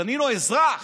דנינו כבר אזרח,